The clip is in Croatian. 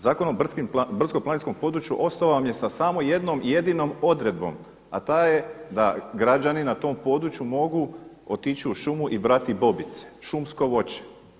Zakon o brdsko-planinskom području ostao vam je sa samo jednom jedinom odredbom, a ta je da građani na tom području otići u šumu i brati bobice, šumsko voće.